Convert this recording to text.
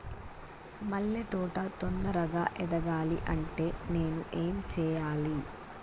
మల్లె తోట తొందరగా ఎదగాలి అంటే నేను ఏం చేయాలి?